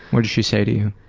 what did she say to you?